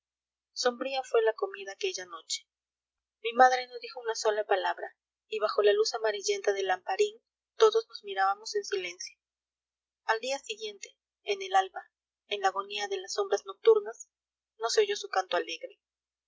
sombría fué la comida aquella noche mi madre no dijo una sola palabra y bajo la luz amarillenta del lamparín todos nos mirábamos en silencio al día siguiente en el alba en la agonía de las sombras nocturnas no se oyó su canto alegre